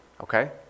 okay